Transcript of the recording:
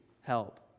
help